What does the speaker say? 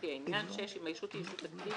לפי העניין; אם הישות היא ישות אקטיבית,